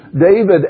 David